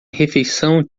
refeição